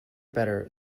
better